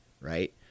right